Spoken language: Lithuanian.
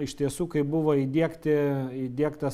iš tiesų kai buvo įdiegti įdiegtas